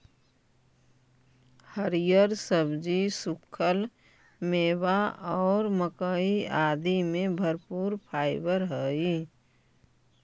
हरिअर सब्जि, सूखल मेवा और मक्कइ आदि में भरपूर फाइवर हई